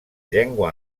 llengua